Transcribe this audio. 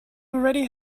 already